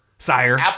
Sire